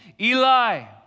Eli